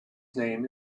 name